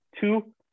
two